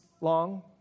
long